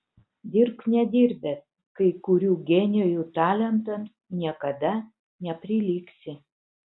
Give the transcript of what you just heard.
dirbk nedirbęs kai kurių genijų talentams niekada neprilygsi